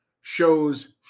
shows